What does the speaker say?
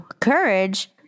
Courage